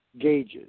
gauges